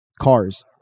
cars